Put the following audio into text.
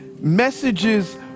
messages